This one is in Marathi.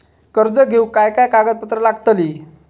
कर्ज घेऊक काय काय कागदपत्र लागतली?